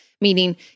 Meaning